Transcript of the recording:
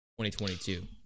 2022